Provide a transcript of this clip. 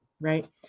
right